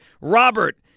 Robert